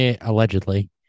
allegedly